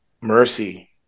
mercy